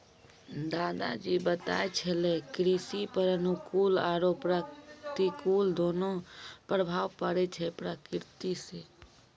दादा जी बताय छेलै कृषि पर अनुकूल आरो प्रतिकूल दोनों प्रभाव पड़ै छै प्रकृति सॅ